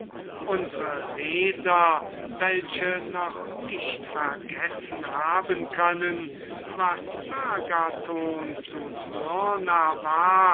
unsre leser welche nicht vergessen haben können was agathon zu smyrna war